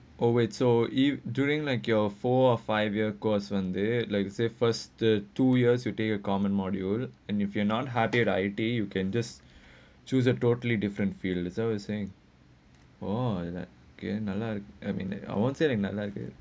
oh wait so if during like your four or five year course when they like to say first the two years you take a common module and you cannot have it right you can just choose a totally different field it's what you saying oh like that